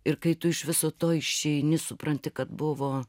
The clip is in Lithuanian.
ir kai tu iš viso to išeini supranti kad buvo